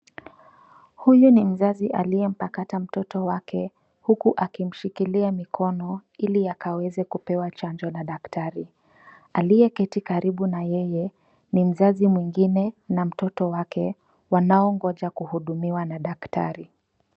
Huyu ni mzazi aliyepakata mtoto wake akimshikilia mikono iliakweze kupewa chanjo na daktari aliyeketi karibu na yeye ni mzazi mwingine na mtoto wake wanaongoja kuhudumiwa na daktari.